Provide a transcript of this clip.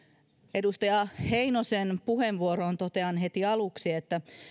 edustaja heinosen puheenvuoroon totean heti aluksi että